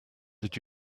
did